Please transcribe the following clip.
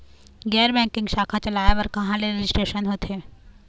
गैर बैंकिंग शाखा चलाए बर कहां ले रजिस्ट्रेशन होथे?